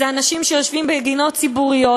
אלה אנשים שיושבים בגינות ציבוריות,